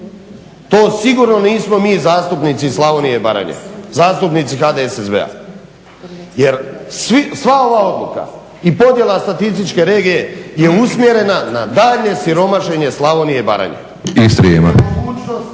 To sigurno nismo mi zastupnici iz Slavonije i Baranje, zastupnici HDSSB-a. Jer sva ova odluka i podjela statističke regije je usmjerena na daljnje siromašenje Slavonije i Baranje. …